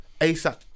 ASAP